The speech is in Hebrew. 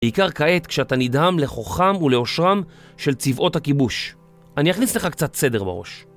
בעיקר כעת כשאתה נדהם לכוחם ולעושרם של צבאות הכיבוש. אני אכניס לך קצת סדר בראש